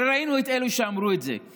הרי ראינו את אלו שאמרו את זה,